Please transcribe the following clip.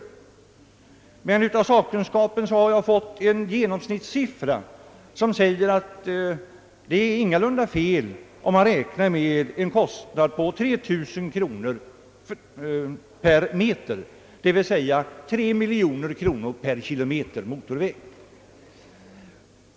Jag har dock av sakkunskapen fått en genomsnittssiffra på 3 000 kronor per meter, d. v. s. tre miljoner kronor per kilometer motorväg.